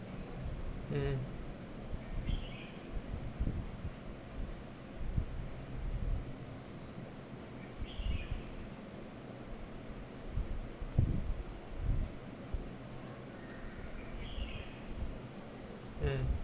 mm mm